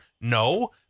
no